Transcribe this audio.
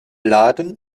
laden